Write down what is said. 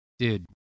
Dude